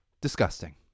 Disgusting